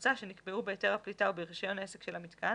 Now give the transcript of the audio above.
בבוצה שנקבעו בהיתר הפליטה או ברישיון העסק של המיתקן,